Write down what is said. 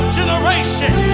generation